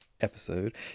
episode